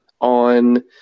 on